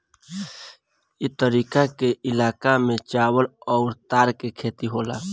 ए तरीका के इलाका में चावल अउर तार के खेती होला